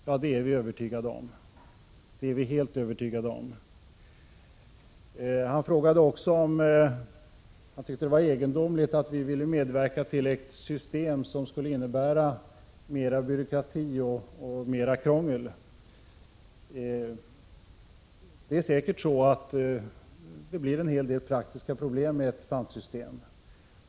Ja, det är vi helt övertygade om. Han tyckte också att det var egendomligt att vi ville medverka till ett system som skulle innebära mer byråkrati och mer krångel. Det blir säkert en hel del praktiska problem med ett pantsystem.